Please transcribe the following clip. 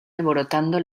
alborotando